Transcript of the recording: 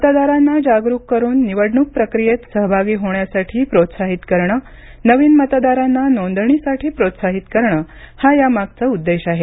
मतदारांना जागरूक करून निवडणूक प्रक्रियेत सहभागी होण्यासाठी प्रोत्साहित करणे नवीन मतदारांना नोंदणीसाठी प्रोत्साहित करणे हा यामागचा उद्देश आहे